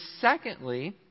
secondly